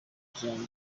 ijambo